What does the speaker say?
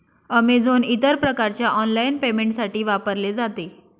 Amazon इतर प्रकारच्या online पेमेंटसाठी वापरले जाते